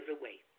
away